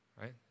right